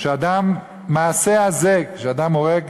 "המעשה הזה", כשהאדם הורג,